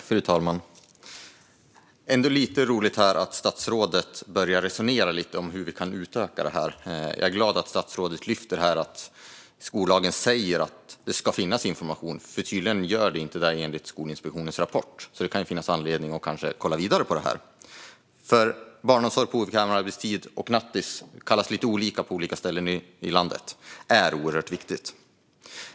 Fru talman! Det är ändå roligt att statsrådet börjar resonera lite om hur vi kan utöka detta. Jag är glad att hon lyfter att skollagen säger att det ska finnas information, för tydligen gör det inte det enligt Skolinspektionens rapport. Det kan alltså finnas anledning att kolla vidare på detta, för barnomsorg på obekväm arbetstid och nattis - det kallas lite olika på olika ställen i landet - är oerhört viktigt.